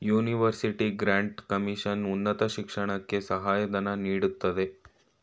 university grant commission ಉನ್ನತ ಶಿಕ್ಷಣಕ್ಕೆ ಸಹಾಯ ಧನ ನೀಡುತ್ತದೆ